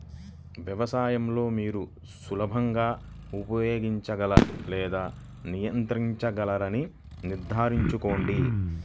వ్యవసాయం లో మీరు సులభంగా ఉపయోగించగల లేదా నియంత్రించగలరని నిర్ధారించుకోండి